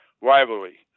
rivalry